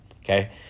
Okay